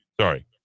Sorry